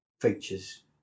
features